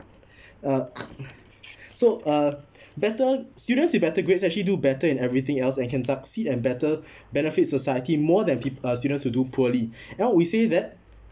uh so uh better students with better grades actually do better in everything else and can succeed and better benefits society more than peo~ uh students who do poorly now we say that